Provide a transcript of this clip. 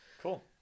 Cool